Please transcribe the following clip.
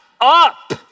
up